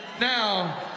Now